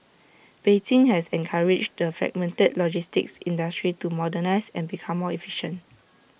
Beijing has encouraged the fragmented logistics industry to modernise and become more efficient